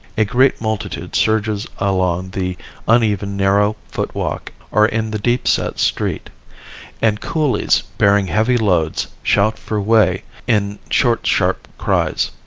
a great multitude surges along the uneven narrow footwalk or in the deepset street and coolies, bearing heavy loads, shout for way in short sharp cries.